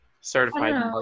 certified